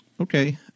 Okay